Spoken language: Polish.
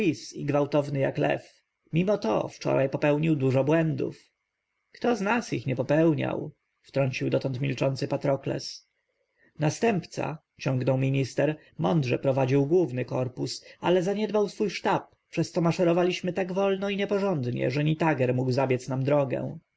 gwałtowny jak lew mimo to wczoraj popełnił dużo błędów kto z nas ich nie popełniał wtrącił dotąd milczący patrokles następca ciągnął minister mądrze prowadził główny korpus ale zaniedbał swój sztab przez co maszerowaliśmy tak wolno i nieporządnie że nitager mógł zabiec nam drogę